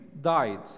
died